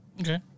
Okay